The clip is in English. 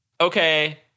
okay